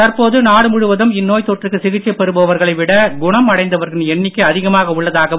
தற்போது நாடு முழுவதும் இந்நோய்த் தொற்றுக்கு சிகிச்சை பெறுபவர்களை விட குணமடைந்தவர்களின் எண்ணிக்கை அதிகமாக உள்ளதாகவும்